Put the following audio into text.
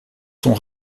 sont